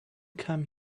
come